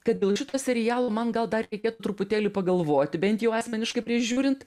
kad dėl šito serialo man gal dar reikėtų truputėlį pagalvoti bent jau asmeniškai prieš žiūrint